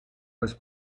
was